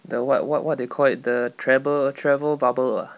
the what what what they call it the travel travel bubble ah